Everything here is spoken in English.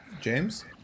james